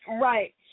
Right